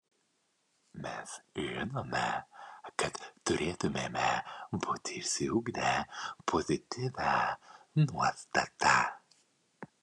mes žinome kad turėtumėme būti išsiugdę pozityvią nuostatą